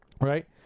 Right